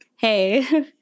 Hey